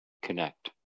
connect